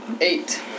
Eight